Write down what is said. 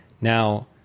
Now